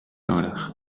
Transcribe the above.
nodig